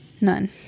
None